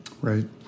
right